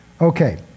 Okay